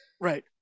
Right